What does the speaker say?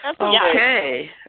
Okay